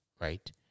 right